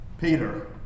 Peter